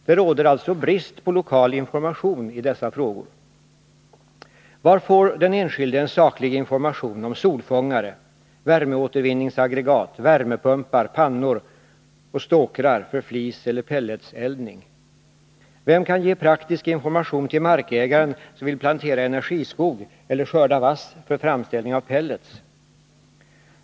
Det råder alltså brist på lokal information i dessa frågor. ning? Vem kan ge praktisk information till markägaren som vill plantera energiskog eller skörda vass för framställning av pellets?